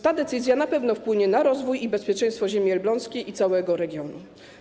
Ta decyzja na pewno wpłynie na rozwój i bezpieczeństwo ziemi elbląskiej i całego regionu.